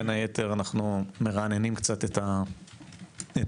בין היתר, מרעננים קצת את המדפים,